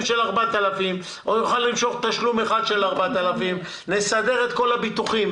של 4,000 או יוכל למשוך תשלום אחד של 4,000 נסדר את כל הביטוחים